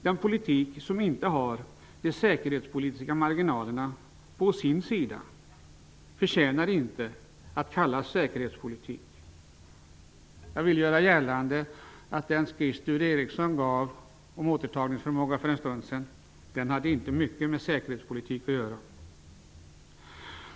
Den politik som inte har de säkerhetspolitiska marginalerna på sin sida förtjänar inte att kallas säkerhetspolitik. Jag vill göra gällande att vad Sture Ericson för en stund sedan sade om återtagningsförmåga inte hade mycket med säkerhetspolitik att göra.